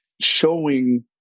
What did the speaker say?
showing